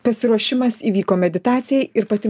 pasiruošimas įvyko meditacijai ir pati